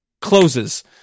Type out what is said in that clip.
closes